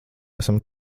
esam